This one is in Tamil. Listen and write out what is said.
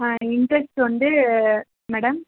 ஆ இன்ட்ரஸ்ட் வந்து மேடம்